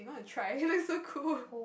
so cool